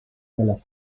della